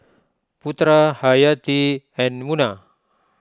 Putera Hayati and Munah